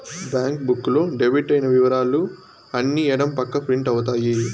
bank book లో debit అయిన ఇవరాలు అన్ని ఎడం పక్క ప్రింట్ అవుతాయి